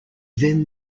then